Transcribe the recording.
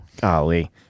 golly